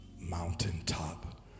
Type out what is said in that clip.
mountaintop